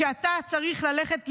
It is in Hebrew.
כשאתה צריך ללכת להתגייס,